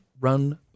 run